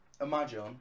Imagine